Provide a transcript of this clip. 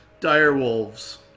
direwolves